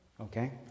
Okay